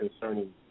concerning